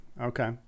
Okay